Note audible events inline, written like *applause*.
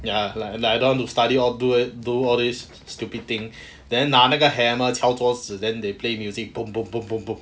ya like like don't want to study or do it do all these stupid thing then 拿那个 hammer 敲桌子 then they play music *noise*